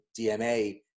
DMA